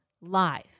live